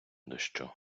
дощу